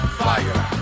fire